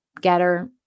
getter